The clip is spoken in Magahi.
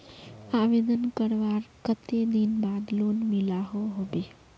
आवेदन करवार कते दिन बाद लोन मिलोहो होबे?